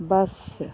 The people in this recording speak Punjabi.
ਬਸ